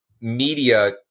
media